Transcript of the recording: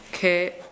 Okay